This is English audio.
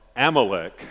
Amalek